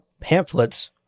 pamphlets